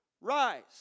rise